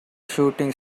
shooting